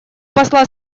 посла